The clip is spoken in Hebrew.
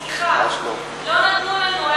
סליחה, לא נתנו לנו.